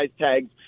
tags